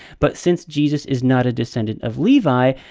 but since jesus is not a descendant of levi,